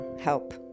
help